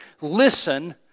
Listen